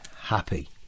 Happy